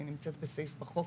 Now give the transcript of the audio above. היא נמצאת בסעיף בחוק